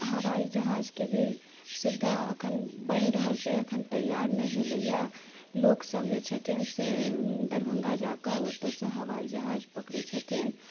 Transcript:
हवाइ जहाजके भी सुविधा अखन बनि रहल छै अखन तैयार नहि भेलैया लोकसब जे छथिन से दरभङ्गा जाके ओतऽसँ हवाइ जहाज पकड़ैत छथिन